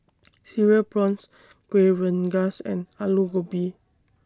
Cereal Prawns Kuih Rengas and Aloo Gobi